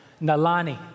Nalani